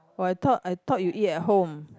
oh I thought I thought you eat at home